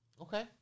Okay